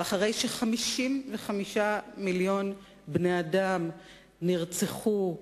ואחרי ש-55 מיליון בני-אדם נרצחו,